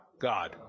God